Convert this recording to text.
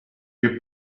che